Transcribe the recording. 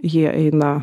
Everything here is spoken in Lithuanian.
jie eina